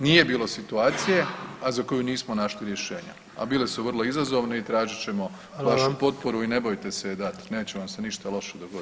Nije bilo situacije, a za koju nismo našli rješenja, a bile su vrlo izazovne i tražit ćemo vašu potporu [[Upadica: Hvala vam.]] i ne bojte se je dat, neće vam se ništa loše dogoditi.